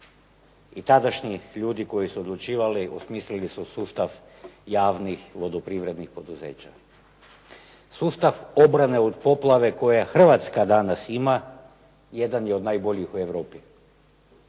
I tadašnji ljudi koji su odlučivali osmislili su sustav javnih vodoprivrednih poduzeća. Sustav obrane od poplave koji Hrvatska danas ima jedan je od najboljih u Europi.